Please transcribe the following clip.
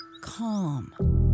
Calm